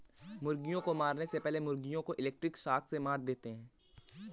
मुर्गियों को मारने से पहले मुर्गियों को इलेक्ट्रिक शॉक से मार देते हैं